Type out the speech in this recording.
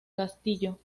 castillo